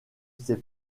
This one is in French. ses